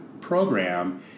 program